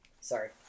sorry